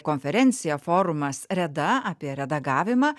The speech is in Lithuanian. konferencija forumas reda apie redagavimą